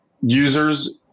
users